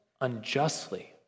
unjustly